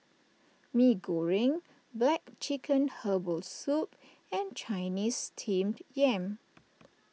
Mee Goreng Black Chicken Herbal Soup and Chinese Steamed Yam